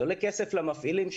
זה עולה כסף למפעילים,